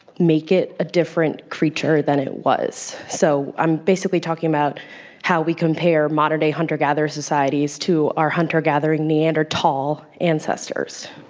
make it a different creature than it was. so, i'm basically talking about how we compare modern day hunter-gatherer societies to our hunter-gathering neanderthal ancestors.